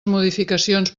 modificacions